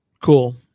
cool